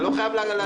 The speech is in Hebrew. אתה לא חייב להסכים.